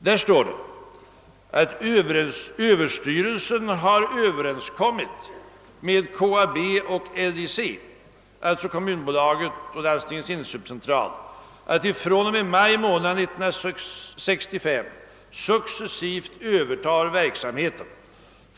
Där står: »Överstyrelsen har överenskommit med KAB och LIC» — alltså Kommunaktiebolaget och Landstingens inköpscentral — »att de fr.o.m. maj månad 1965 successivt övertar verksamheten.